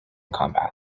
combat